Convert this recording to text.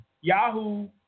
Yahoo